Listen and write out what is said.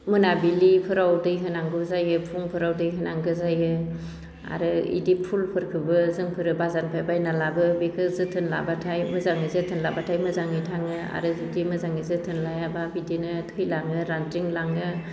मोनाबिलिफोराव दै होनांगौ जायो फुंफोराव दै होनांगो जायो आरो इदि फुलफोरखोबो जोंफोरो बाजारनिफ्राय बायना लाबो बेखो जोथोन लाब्लाथाय मोजाङै जोथोन लाब्लाथाय मोजाङै थाङो आरो जुदि मोजाङै जोथोन लायाब्ला बिदिनो थैलाङो रान्दिंलाङो